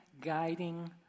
guiding